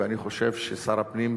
ואני חושב ששר הפנים,